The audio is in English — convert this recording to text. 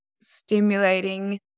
stimulating